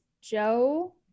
Joe